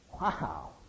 Wow